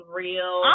real